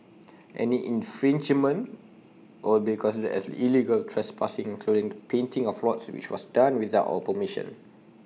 any infringement will be considered as illegal trespassing including the painting of lots which was done without our permission